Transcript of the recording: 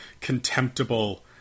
contemptible